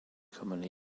commonly